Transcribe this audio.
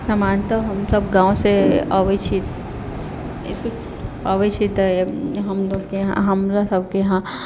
सामान्यतः हम सभ गाँवसँ अबै छी अबै छी तऽ हम लोगके यहाँ हमरा सभके यहाँ